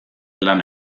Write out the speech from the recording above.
lan